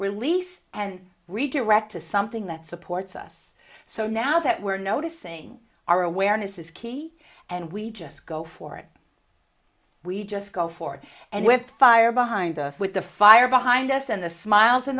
release and redirect to something that supports us so now that we're noticing our awareness is key and we just go for it we just go forward and with fire behind us with the fire behind us and the smiles